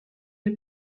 fil